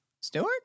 Stewart